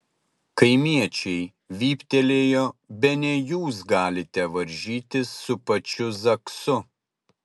kaimiečiai vyptelėjo bene jūs galite varžytis su pačiu zaksu